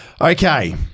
Okay